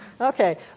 Okay